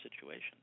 situations